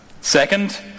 Second